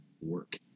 work